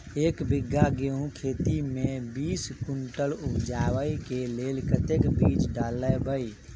एक बीघा गेंहूँ खेती मे बीस कुनटल उपजाबै केँ लेल कतेक बीज डालबै?